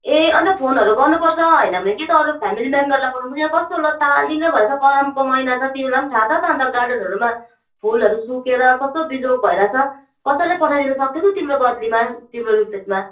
ए अन्त फोनहरू गर्नुपर्छ होइन भने कि त अरू फेमिली मेम्बरलाई पठाउनु यहाँ कस्तो लथालिङ्गै भएको छ गरमको महिना छ तिमीलाई पनि थाहा छ त अन्त गार्डनहरूमा फुलहरू सुकेर कस्तो बिजोग भइरहेको छ कसैलाई पठाइदिनु सक्थ्यौ त तिम्रो बदलीमा तिम्रो रिप्लेसमा